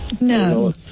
no